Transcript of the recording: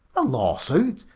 a lawsuit?